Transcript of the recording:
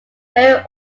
very